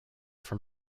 from